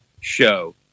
show